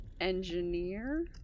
engineer